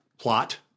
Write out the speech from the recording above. plot